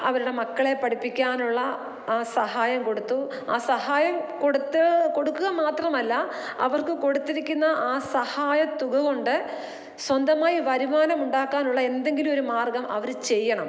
അവരുടെ മക്കളെ പഠിപ്പിക്കാനുള്ള ആ സഹായം കൊടുത്തു ആ സഹായം കൊടുത്തു കൊടുക്കുക മാത്രമല്ല അവർക്ക് കൊടുത്തിരിക്കുന്ന ആ സഹായ തുക കൊണ്ട് സ്വന്തമായി വരുമാനമുണ്ടാക്കാനുള്ള എന്തെങ്കിലുമൊരു മാർഗ്ഗം അവർ ചെയ്യണം